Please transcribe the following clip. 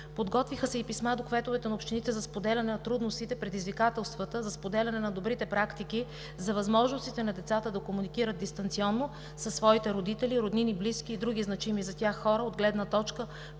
Подготвиха се и писма до кметовете на общините за споделяне на трудностите и предизвикателствата, за споделяне на добрите практики, за възможностите на децата да комуникират дистанционно със своите родители, роднини, близки и други значими за тях хора от гледна точка